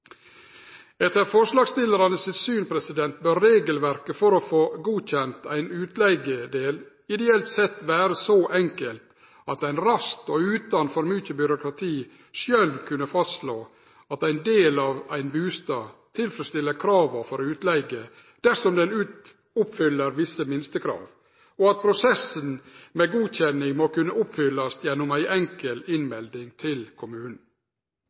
Etter forslagsstillarane sitt syn bør regelverket for å få godkjent ein utleigedel ideelt sett vere så enkelt at ein raskt og utan for mykje byråkrati sjølv kunne fastslå at ein del av ein bustad tilfredsstiller krava for utleige dersom han oppfyller visse minstekrav, og at prosessen med godkjenning må kunne oppfyllast gjennom ei enkel innmelding til kommunen.